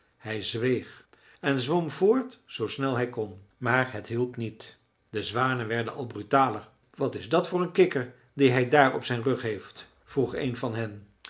hij zweeg en zwom voort zoo snel hij kon maar het hielp niet de zwanen werden al brutaler wat is dat voor een kikker dien hij daar op zijn rug heeft vroeg een van hen